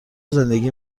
زندگی